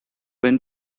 been